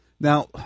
Now